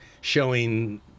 showing